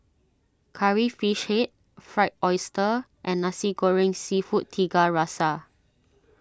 Curry Fish Head Fried Oyster and Nasi Goreng Seafood Tiga Rasa